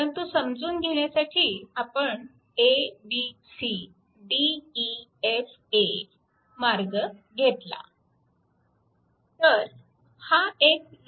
परंतु समजून घेण्यासाठी आपण a b c d e f a मार्ग घेतला तर हा एक लूप आहे